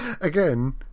Again